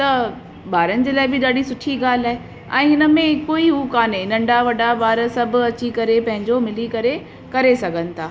त बारनि जे लाइ बि ॾाढी सुठी ॻाल्हि आहे ऐं हिन में कोई हू काने नंढा वॾा बार सभु अची करे पंहिंजो मिली करे करे सघनि था